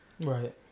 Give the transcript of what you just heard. Right